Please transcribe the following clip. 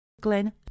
Glenn